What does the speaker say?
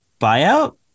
buyout